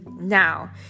Now